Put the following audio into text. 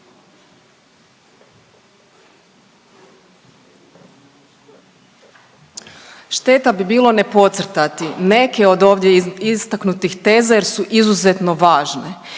Šteta bi bilo ne podcrtati neke od ovdje istaknutih teza jer su izuzetno važne